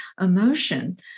emotion